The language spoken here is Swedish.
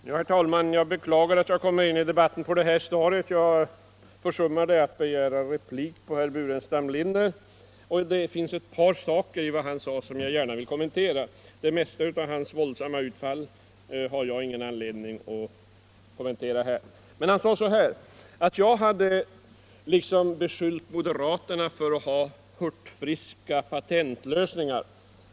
Herr talman! Jag beklagar att jag kommer in i debatten på detta stadium. Jag försummade att begära replik på herr Burenstam Linders anförande, och jag vill gärna kommentera en del av vad han sade. Det mesta av herr Burenstam Linders våldsamma utfall har jag ingen anledning att här kommentera. Men han sade också att jag hade beskyllt moderaterna för att ha hurtfriska patentlösningar.